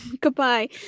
Goodbye